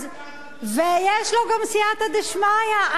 יש לו, ויש לו גם סייעתא דשמיא.